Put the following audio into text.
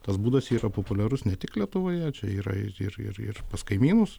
tas būdas yra populiarus ne tik lietuvoje čia yra ir ir ir pas kaimynus